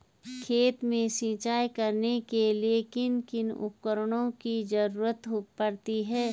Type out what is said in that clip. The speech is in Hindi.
खेत में सिंचाई करने के लिए किन किन उपकरणों की जरूरत पड़ती है?